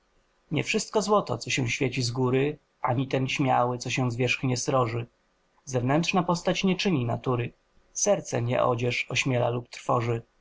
nie wszystko złoto co się świeci z góry ani ten śmiały co się zwierzchnie sroży zewnętrzna postać nie czyni natury serce nie odzież ośmiela lub trwoży